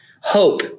hope